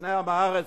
וזקני עם הארץ,